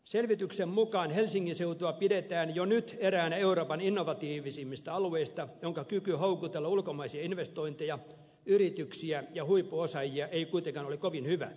selvityksen mukaan helsingin seutua pidetään jo nyt eräänä euroopan innovatiivisimmista alueista jonka kyky houkutella ulkomaisia investointeja yrityksiä ja huippuosaajia ei kuitenkaan ole kovin hyvä